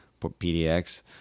PDX